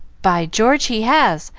by george, he has!